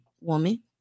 woman